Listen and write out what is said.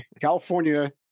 California